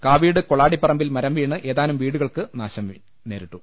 കാ വീട് കൊളാടിപ്പറമ്പിൽ മരം വീണ് ഏതാനും വീടുകൾക്ക് നാശം നേരിട്ടു